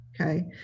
okay